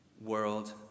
world